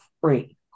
free